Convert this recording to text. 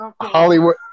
Hollywood